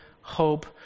hope